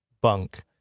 bunk